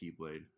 Keyblade